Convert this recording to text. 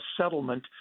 settlement